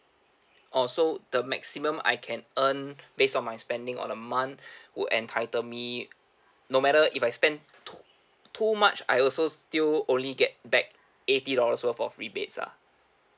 orh so the maximum I can earn base on my spending on a month would entitle me no matter if I spend too too much I also still only get back eighty dollars worth of rebates lah